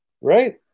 Right